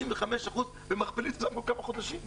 25% ומכפילים את זה כל כמה חודשים.